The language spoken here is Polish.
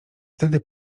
wtedy